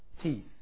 teeth